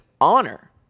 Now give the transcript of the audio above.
honor